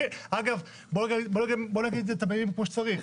אגב, בוא נבין את המילים כמו שצריך.